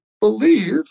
believe